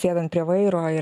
sėdant prie vairo ir